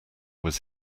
was